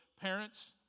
parents